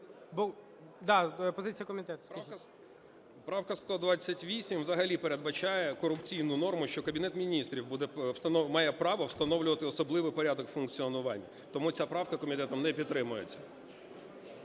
Правка 128 взагалі передбачає корупційну норму, що Кабінет Міністрів має право встановлювати особливий порядок функціонування. Тому ця правка комітетом не підтримується.